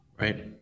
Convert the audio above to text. Right